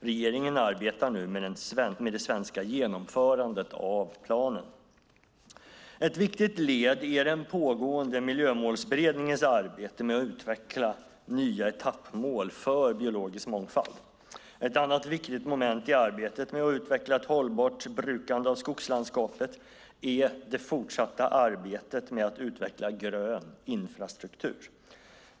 Regeringen arbetar nu med det svenska genomförandet av planen. Ett viktigt led är den pågående Miljömålsberedningens arbete med att utveckla nya etappmål för biologisk mångfald. Ett annat viktigt moment i arbetet med att utveckla ett hållbart brukande av skogslandskapet är det fortsatta arbetet med att utveckla en grön infrastruktur.